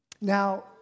Now